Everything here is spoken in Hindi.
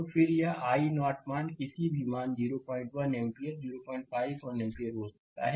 तो फिर यह i0 मान किसी भी मान 01 एम्पीयर 051 एम्पीयर हो सकता है